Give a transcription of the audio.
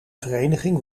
vereniging